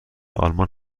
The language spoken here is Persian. آلمان